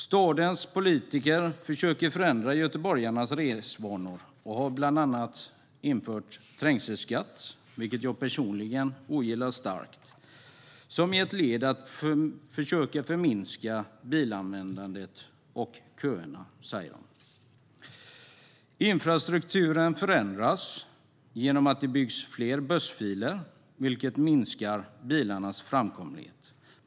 Stadens politiker försöker förändra göteborgarnas resvanor, och de har bland annat infört trängselskatt - vilket jag personligen ogillar starkt - som ett led i att minska bilanvändandet och köerna. Infrastrukturen förändras genom att det byggs fler bussfiler, vilket minskar bilarnas framkomlighet.